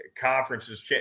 conferences